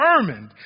determined